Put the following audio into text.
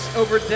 over